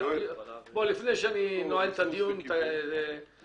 לפני שאני נועל את הדיון, תסביר.